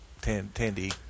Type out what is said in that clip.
Tandy